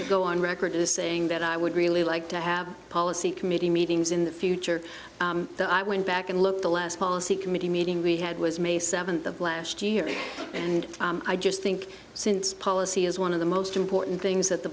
to go on record as saying that i would really like to have a policy committee meetings in the future so i went back and looked the last policy committee meeting we had was may seventh of last year and i just think since policy is one of the most important things that the